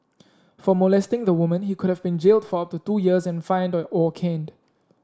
for molesting the woman he could have been jailed for up to two years and fined or caned